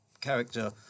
character